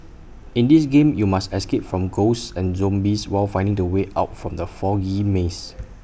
in this game you must escape from ghosts and zombies while finding the way out from the foggy maze